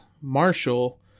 Marshall